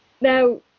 Now